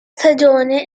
stagione